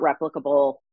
replicable